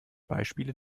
beispiele